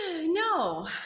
no